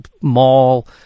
mall